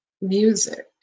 music